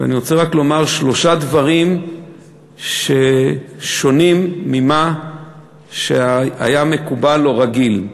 ואני רוצה רק לומר שלושה דברים ששונים ממה שהיה מקובל או רגיל.